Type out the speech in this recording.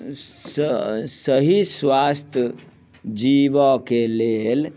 सऽ सही स्वास्थ जीवऽ के लेल